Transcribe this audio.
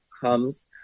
comes